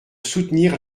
soutenir